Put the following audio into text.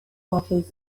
offers